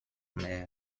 mer